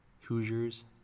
Hoosiers